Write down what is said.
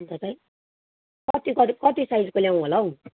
अन्त चाहिँ कति कति कति साइजको ल्याउँ होला हौ